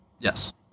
Yes